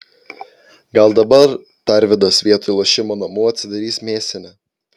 gal dabar tarvydas vietoj lošimo namų atidarys mėsinę